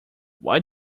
why